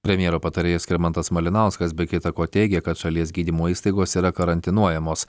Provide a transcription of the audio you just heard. premjero patarėjas skirmantas malinauskas be kita ko teigia kad šalies gydymo įstaigos yra karantinuojamos